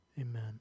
Amen